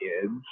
kids